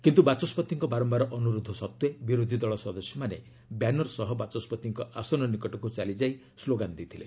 କିନ୍ତ୍ର ବାଚସ୍କତିଙ୍କ ବାରମ୍ଭାର ଅନ୍ତରୋଧ ସତ୍ତ୍ୱେ ବିରୋଧୀ ଦଳ ସଦସ୍ୟମାନେ ବ୍ୟାନର ସହ ବାଚସ୍କତିଙ୍କ ଆସନ ନିକଟକ୍ ଚାଲିଯାଇ ସ୍କୋଗାନ ଦେଇଥିଲେ